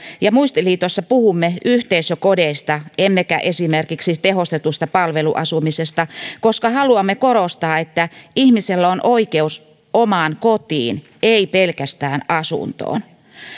ja muistiliitossa puhumme yhteisökodeista emmekä esimerkiksi tehostetusta palveluasumisesta koska haluamme korostaa että ihmisellä on oikeus omaan kotiin ei pelkästään asuntoon